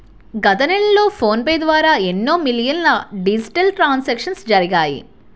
గత నెలలో PhonePe ద్వారా ఎన్నో మిలియన్ల డిజిటల్ ట్రాన్సాక్షన్స్ జరిగాయి